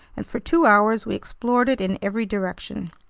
and for two hours we explored it in every direction.